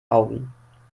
augen